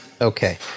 Okay